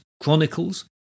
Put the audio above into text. Chronicles